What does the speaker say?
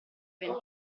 aveva